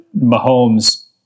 Mahomes